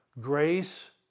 grace